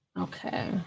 Okay